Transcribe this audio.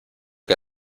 que